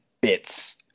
bits